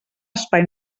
espai